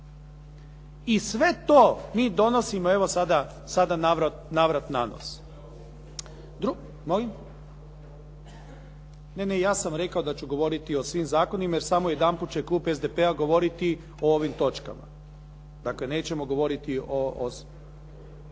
I sve to mi donosimo evo sada navrat nanos. …/Upadica se ne čuje./… Ne, ja sam rekao da ću govoriti o svim zakonima jer samo jedanput će klub SDP-a govoriti o ovim točkama. Dakle, nećemo govoriti.